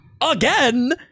again